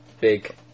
big